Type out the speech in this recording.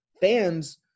fans